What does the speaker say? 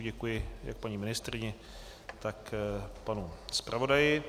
Děkuji jak paní ministryni, tak panu zpravodaji.